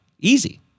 easy